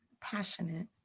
passionate